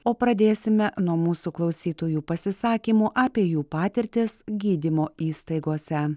o pradėsime nuo mūsų klausytojų pasisakymų apie jų patirtis gydymo įstaigose